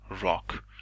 rock